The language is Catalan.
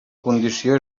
condició